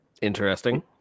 Interesting